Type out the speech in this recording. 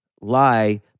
lie